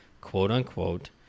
quote-unquote